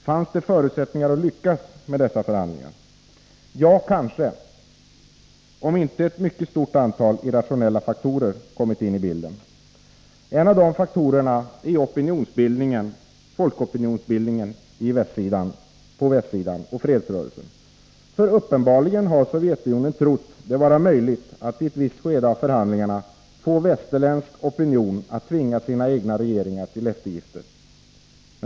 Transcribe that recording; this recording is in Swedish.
Fanns det förutsättningar att lyckas med dessa förhandlingar? Ja kanske, om inte ett stort antal irrationella faktorer kommit in i bilden. En av dessa faktorer är folkopinionen på västsidan och fredsrörelsen. Uppenbarligen har Sovjetunionen trott det vara möjligt att i ett visst skede av förhandlingarna få västerländsk fredsopinion att tvinga sina egna regeringar till eftergifter.